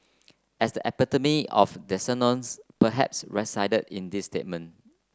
as the epitome of the dissonance perhaps resided in this statement